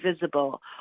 visible